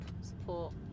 support